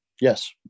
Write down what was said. yes